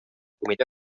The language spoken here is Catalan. comitè